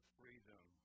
freedom